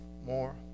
more